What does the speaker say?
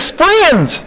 friends